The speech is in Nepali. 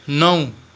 नौ